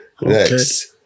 next